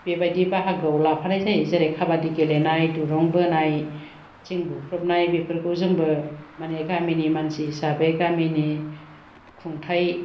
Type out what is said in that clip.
बेबायदि बाहागोआव लाफानाय जायो जेरै खाबादि गेलेनाय दुरुं बोनाय थिं बुख्रुबनाय बेफोरखौ जोंबो माने गामिनि मानसि हिसाबै गामिनि खुंथाय